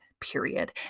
Period